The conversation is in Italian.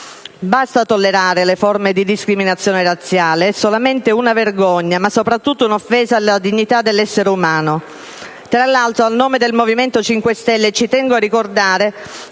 Basta tollerare le forme di discriminazione razziale! È solamente una vergogna, ma soprattutto un'offesa alla dignità dell'essere umano! Tra l'altro, a nome del Movimento 5 Stelle, ci tengo a ricordare